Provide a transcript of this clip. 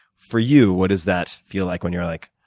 for you, what does that feel like when you're like,